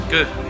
Good